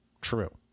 true